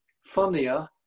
funnier